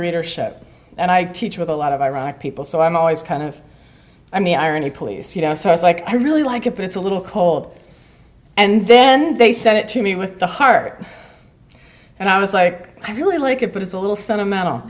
readership and i teach with a lot of ironic people so i'm always kind of i'm the irony police you know so i was like i really like it but it's a little cold and then they sent it to me with the heart and i was like i really like it but it's a little sentimental